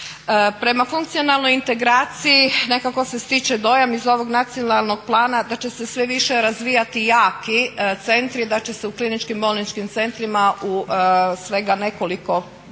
Prema funkcionalnoj integraciji nekako se stječe dojam iz ovog nacionalnog plana da će se sve više razvijati jaki centri, da će se u kliničkim bolničkim centrima u svega nekoliko, 4 ili